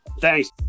Thanks